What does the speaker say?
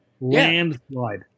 Landslide